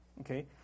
Okay